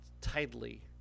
tightly